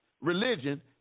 religion